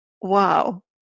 wow